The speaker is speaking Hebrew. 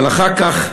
אבל אחר כך,